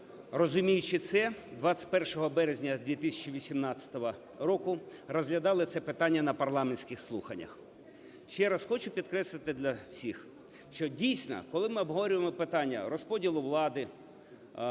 розуміючи це, 21 березня 2018 року розглядали це питання на парламентських слуханнях. Ще раз хочу підкреслити для всіх, що дійсно, коли ми обговорюємо питання розподілу влади,